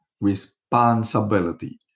responsibility